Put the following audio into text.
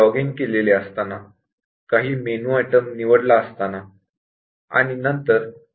log in केलेले असताना काही मेनू आयटम निवडला असताना वगैरे